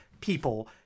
people –